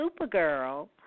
Supergirl